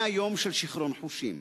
100 יום של שיכרון חושים.